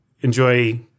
enjoy